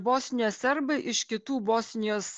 bosnijos serbai iš kitų bosnijos